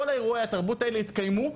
כל אירועי התרבות האלה יתקיימו.